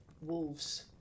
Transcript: wolves